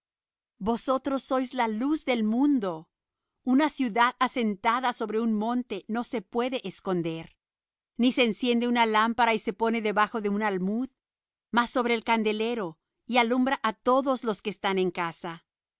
vosotros sois la luz del mundo una ciudad asentada sobre un monte no se puede esconder ni se enciende una lámpara y se pone debajo de un almud mas sobre el candelero y alumbra á todos los que están en casa